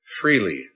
freely